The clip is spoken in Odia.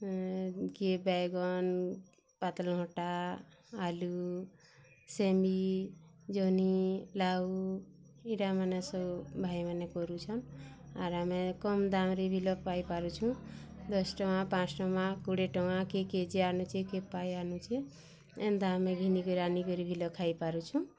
କିଏ ବାଇଗନ୍ ପାତଲଘଣ୍ଟା ଆଲୁ ସେମି ଜହ୍ନି ଲାଉ ଏଇଟା ମାନେ ସବୁ ଭାଇମାନେ କରୁଛନ୍ ଆର୍ ଆମେ କମ୍ ଦାମ୍ରେ ପାଇପାରୁଚୁ ଦଶ୍ ଟଙ୍କା ପାଞ୍ଚ୍ ଟଙ୍କା କୋଡ଼ିଏ ଟଙ୍କା କିଏ କେଜି ଆନୁଚି କିଏ ପାଏ ଆନୁଚେ ଏନ୍ତା ଆମେ ଘେନିକରି ଆନିକରି ଭି ଲୋକ୍ ଖାଇପାରୁଚୁ